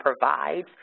provides